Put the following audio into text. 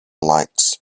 lights